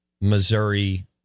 Missouri